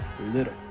little